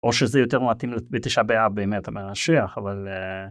או שזה יותר מתאים לתשעה באב באמת המשיח אבל.